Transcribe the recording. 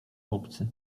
obcy